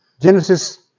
Genesis